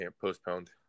Postponed